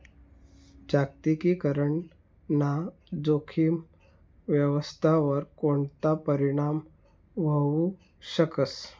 जागतिकीकरण ना जोखीम व्यवस्थावर कोणता परीणाम व्हवू शकस